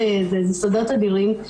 לא שזה איזה סודות אדירים.